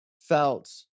felt